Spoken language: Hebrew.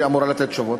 והיא אמורה לתת תשובות.